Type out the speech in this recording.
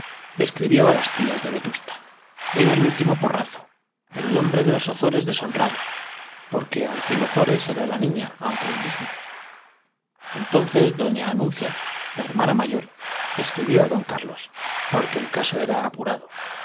escribió a las tías de vetusta era el último porrazo el nombre de los ozores deshonrado porque al fin ozores era la niña aunque indigna entonces doña anuncia la hermana mayor escribió a don carlos porque el caso era apurado